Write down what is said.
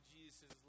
Jesus